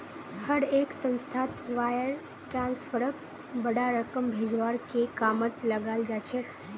हर एक संस्थात वायर ट्रांस्फरक बडा रकम भेजवार के कामत लगाल जा छेक